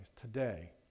today